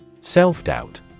Self-doubt